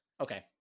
Okay